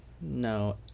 No